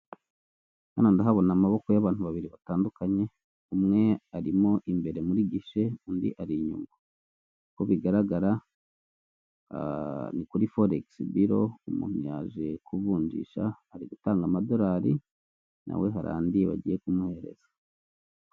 Hano ndahabona amaboko y'abantu babiri batandukanye, umwe arimo imbere muri gishe undi ari inyuma. Uko bigaragara ni kuri foregisi biro, umuntu yaje kuvunjisha ari gutanga amadorali nawe harandi bagiye kumuhereza.